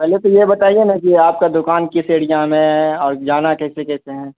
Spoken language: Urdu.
پہلے تو یہ بتائیے نا کہ آپ کا دکان کس ایڑیا میں ہے اور جانا کیسے کیسے ہیں